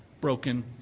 Broken